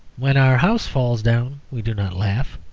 when our house falls down we do not laugh.